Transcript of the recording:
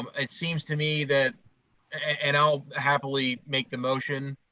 it seems to me that and i'll happily make the motion.